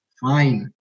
fine